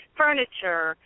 furniture